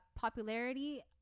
popularity